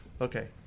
Okay